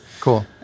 Cool